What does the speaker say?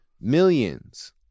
millions